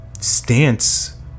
stance